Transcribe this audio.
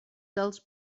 dels